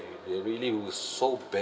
they really were so bad